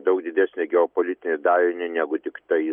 daug didesnį geopolitinį darinį negu tiktai